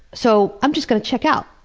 so i'm just going to check out.